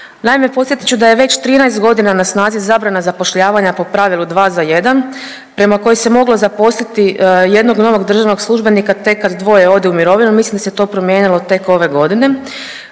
Naime, podsjetit ću da je već 13.g. na snazi zabrana zapošljavanja po pravilu 2 za 1 prema koje se moglo zaposliti jednog novog državnog službenika tek kad dvoje ode u mirovinu, mislim da se to promijenilo tek ove godine,